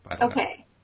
Okay